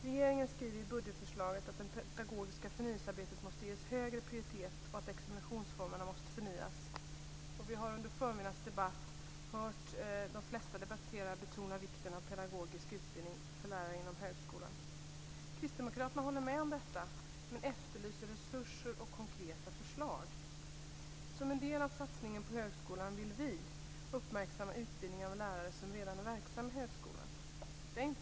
Regeringen skriver i budgetförslaget att det pedagogiska förnyelsearbetet måste ges högre prioritet och att examinationsformerna måste förnyas. Vi har under förmiddagens debatt hört de flesta betona vikten av pedagogisk utbildning för lärare inom högskolan. Kristdemokraterna håller med om detta men efterlyser resurser och konkreta förslag. Som en del av satsningen på högskolan vill vi uppmärksamma utbildningen av lärare som redan är verksamma i högskolan.